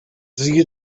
siehe